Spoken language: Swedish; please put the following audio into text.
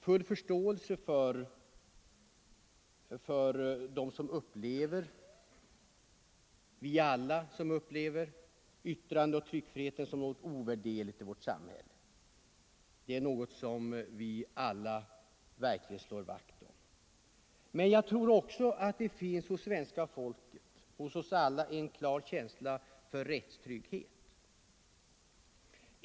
Vi upplever alla yttrandeoch tryckfriheten som något ovärderligt i vårt samhälle. Den är något som vi alla verkligen slår vakt om. Men jag tror också att det finns hos svenska folket en klar känsla för rättstrygghet.